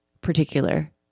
particular